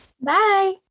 Bye